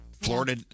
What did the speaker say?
Florida